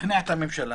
שכנע את הממשלה,